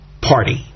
party